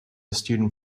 student